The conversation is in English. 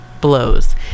blows